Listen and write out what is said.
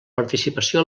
participació